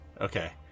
Okay